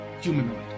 humanoid